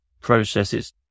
processes